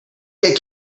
get